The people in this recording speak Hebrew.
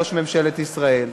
ראש ממשלת ישראל,